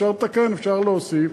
אפשר לתקן, אפשר להוסיף.